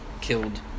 killed